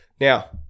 Now